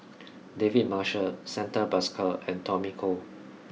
David Marshall Santha Bhaskar and Tommy Koh